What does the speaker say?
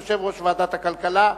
יושב-ראש ועדת הכלכלה.